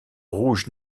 rouge